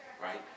Right